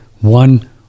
one